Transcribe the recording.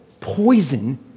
poison